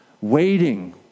Waiting